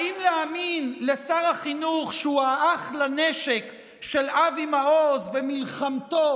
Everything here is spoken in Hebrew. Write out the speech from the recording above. האם להאמין לשר החינוך שהוא האח לנשק של אבי מעוז במלחמתו